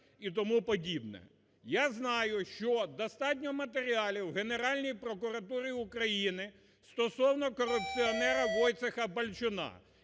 і тому подібне. Я знаю, що достатньо матеріалів у Генеральній прокуратурі України стосовно корупціонера Войцеха Балчуна.